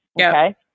Okay